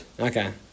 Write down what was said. Okay